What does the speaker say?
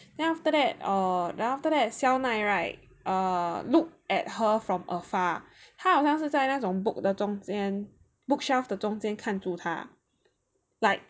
then after that err the after that 肖奈 right err look at her from afar 他好像是在那种 book 的中间 bookshelf 的中间看住他 like